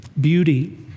beauty